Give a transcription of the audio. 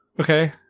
Okay